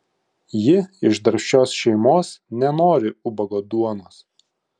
ji iš darbščios šeimos nenori ubago duonos